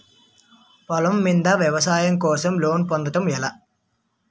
పొలం మీద వ్యవసాయం కోసం లోన్ పొందటం ఎలా?